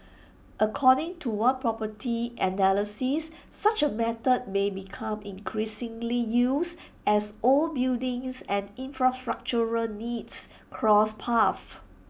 according to one property analyst such A method may become increasingly used as old buildings and infrastructural needs cross paths